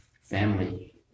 family